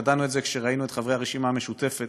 ידענו את זה כשראינו את חברי הרשימה המשותפת